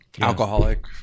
Alcoholic